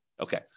Okay